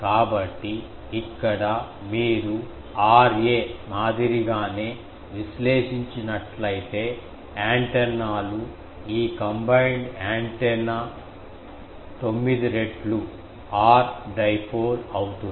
కాబట్టి ఇక్కడ మీరు Ra మాదిరిగానే విశ్లేషించినట్లయితే యాంటెనాలు ఈ కంబైన్డ్ యాంటెన్నా 9 రెట్లు Rdipole అవుతుంది